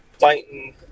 fighting